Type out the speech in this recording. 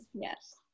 yes